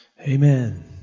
Amen